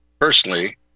personally